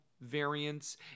Variants